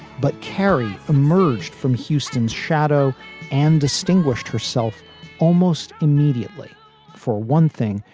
but kerry emerged from houston's shadow and distinguished herself almost immediately for one thing,